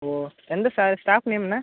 ஓ எந்த staff name என்ன